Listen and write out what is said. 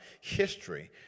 history